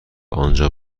آنجا